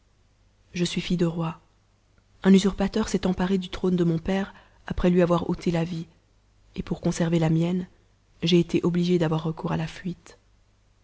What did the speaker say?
je suis fille de roi un usurpateur s'est emparé du trône de mou père après lui avoir ôté la vie et pour conserver la mienne j'ai été obligée d'avoir recours à la fuite